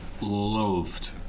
loved